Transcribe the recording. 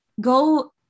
go